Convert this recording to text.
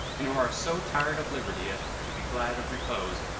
and who are so tired of liberty as to be glad of repose,